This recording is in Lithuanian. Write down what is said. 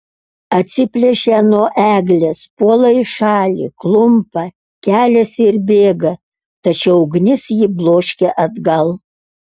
atsiplėšia nuo eglės puola į šalį klumpa keliasi ir bėga tačiau ugnis jį bloškia atgal